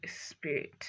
Spirit